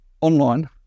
online